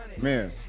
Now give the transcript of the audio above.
Man